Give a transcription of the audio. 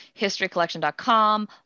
historycollection.com